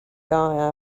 guy